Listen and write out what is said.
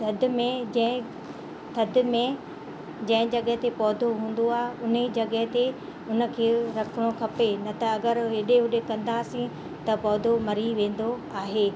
थदि में जंहिं थदि में जंहिं जॻह ते पौधो हूंदो आहे उन्हीअ जॻह ते उनखे रखिणो खपे न त अगरि एॾे ओॾे कंदासीं त पौधो मरी वेंदो आहे